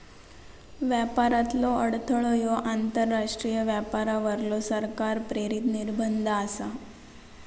व्यापारातलो अडथळो ह्यो आंतरराष्ट्रीय व्यापारावरलो सरकार प्रेरित निर्बंध आसा